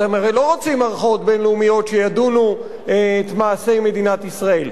אתם הרי לא רוצים שערכאות בין-לאומיות ידונו את מעשי מדינת ישראל.